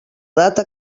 data